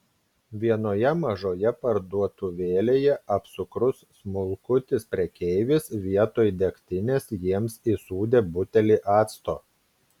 vienoje mažoje parduotuvėlėje apsukrus smulkutis prekeivis vietoj degtinės jiems įsūdė butelį acto